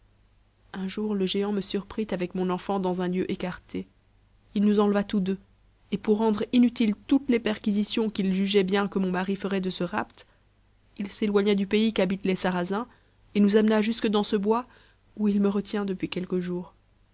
un jour le géant me surprit avec mon enfant dans un lieu écarté il nous enleva tous deux et pour rendre mutités toutes les perquisitions qu'il jugeait bien que mon mari ferait de ce rapt il s'éloigna du pays qu'habitent les sarrasins et nous amena jusque dans ce bois où il me retient depuis quelques jours